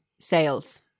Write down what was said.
sales